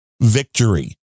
victory